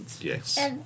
Yes